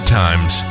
times